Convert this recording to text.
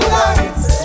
lights